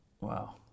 Wow